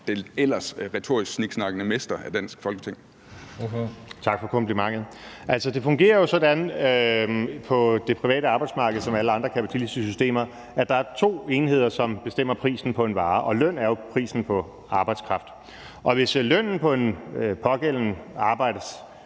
Morten Messerschmidt (DF): Tak for komplimentet. Altså, det fungerer jo sådan på det private arbejdsmarked, som i alle andre kapitalistiske systemer, at der er to enheder, som bestemmer prisen på en vare, og løn er jo prisen på arbejdskraft. Og hvis lønnen for en bestemt arbejdsydelse